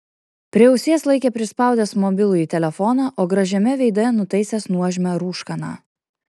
prie ausies laikė prispaudęs mobilųjį telefoną o gražiame veide nutaisęs nuožmią rūškaną